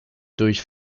durch